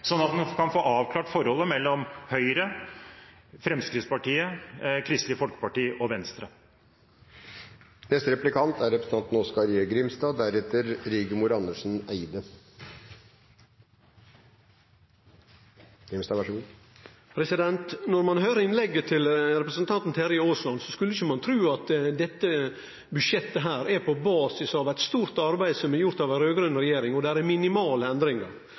sånn at en kan få avklart forholdet mellom Høyre, Fremskrittspartiet, Kristelig Folkeparti og Venstre. Når ein høyrer innlegget til representanten Terje Aasland der han snakkar om verdiorientering, kutt i regnskogsatsinga osv., skulle ein ikkje tru at dette budsjettet er basert på eit stort arbeid som er gjort av den raud-grøne regjeringa – og det er minimale endringar.